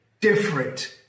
different